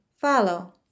follow